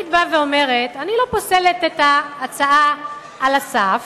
היית באה ואומרת: אני לא פוסלת את ההצעה על הסף,